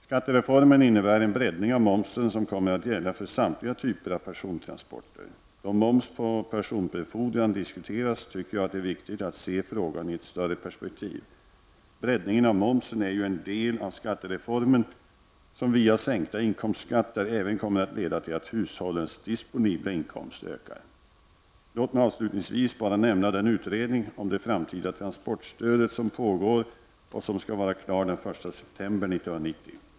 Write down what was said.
Skattereformen innebär en breddning av momsen som kommer att gälla för samtliga typer av persontransporter. Då moms på personbefordran diskuteras tycker jag att det är viktigt att se frågan i ett större perspektiv. Breddningen av momsen är ju en del av skattereformen, som via sänkta inkomstskatter även kommer att leda till att hushållens disponibla inkomst ökar. Låt mig avslutningsvis bara nämna den utredning om det framtida transportstödet som pågår och som skall vara klar den 1 september 1990.